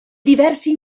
diversi